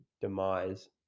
demise